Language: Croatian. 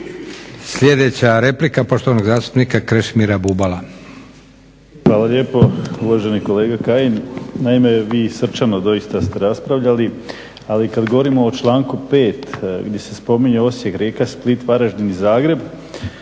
Sljedeća replika poštovanog zastupnika Krešimira Bubala. **Bubalo, Krešimir (HDSSB)** Hvala lijepo. Uvaženi kolega Kajin, naime vi srčano doista ste raspravljali, ali kad govorimo o članku 5. gdje se spominje Osijek, Rijeka, Split, Varaždin i Zagreb,